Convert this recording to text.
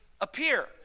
appear